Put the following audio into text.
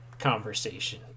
conversation